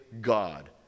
God